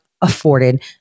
afforded